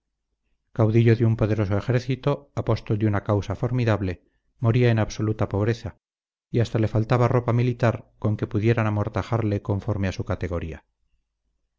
caudillo de un poderoso ejército apóstol de una causa formidable moría en absoluta pobreza y hasta le faltaba ropa militar con que pudieran amortajarle conforme a su categoría